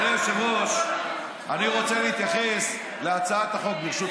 אני לא יודע על מה אתה מדבר.